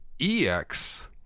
EX